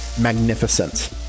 magnificent